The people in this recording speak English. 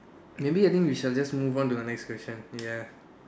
maybe I think we shall just move on to the next question ya